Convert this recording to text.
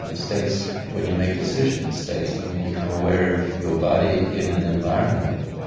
ah states when you make decisions, states when you become aware of your body in an environment.